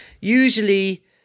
Usually